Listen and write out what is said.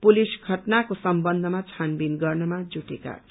police घटनाको सम्बन्धमा छानबीन गर्नमा जुटेका छन्